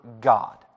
God